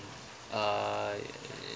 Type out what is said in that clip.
uh